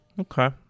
Okay